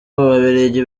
ababiligi